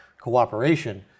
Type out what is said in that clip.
cooperation